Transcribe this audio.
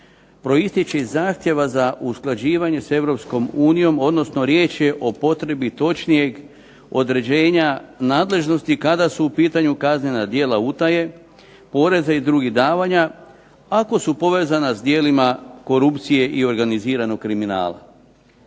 proistječe iz zahtjeva za usklađivanje s Europskom unijom, odnosno riječ je o potrebi točnijeg određenja nadležnosti kada su u pitanju kaznena djela utaje poreza i drugih davanja ako su povezana s djelima korupcije i organiziranog kriminala.